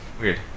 Weird